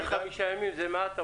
אתה מסכים שחמישה ימים זה מעט?